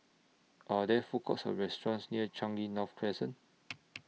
Are There Food Courts Or restaurants near Changi North Crescent